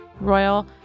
royal